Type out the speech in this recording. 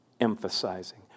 emphasizing